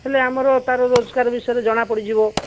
ହେଲେ ଆମର ତା'ର ରୋଜଗାର ବିଷୟରେ ଜଣା ପଡ଼ିଯିବ